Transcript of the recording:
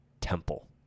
temple